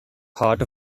heart